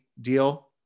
deal